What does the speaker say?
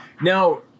Now